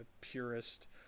purist